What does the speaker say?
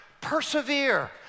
persevere